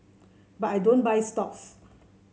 but I don't buy stocks